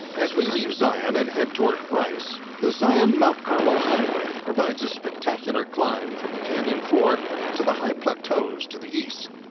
as we leave zion and head toward bryce, the zion mount carmel highway provides a spectacular climb from the canyon floor to the high plateaus to the east.